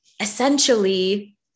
essentially